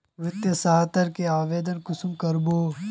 वित्तीय सहायता के आवेदन कुंसम करबे?